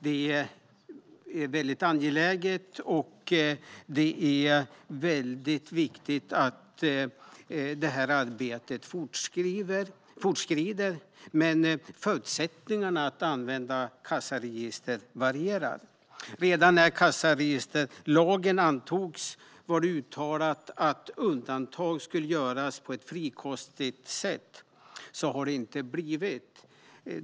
Det är angeläget att detta arbete fortskrider, men förutsättningarna för att använda kassaregister varierar. Redan när kassaregisterlagen antogs var det uttalat att undantag skulle göras på ett frikostigt sätt. Så har det inte blivit.